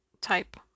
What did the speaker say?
type